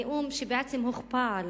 הנאום שבעצם נכפה עליו,